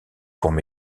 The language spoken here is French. courts